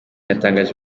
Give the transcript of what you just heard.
yatangaje